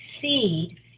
seed